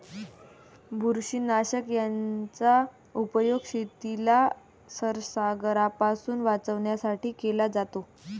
बुरशीनाशक याचा उपयोग शेतीला संसर्गापासून वाचवण्यासाठी केला जातो